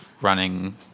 running